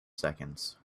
seconds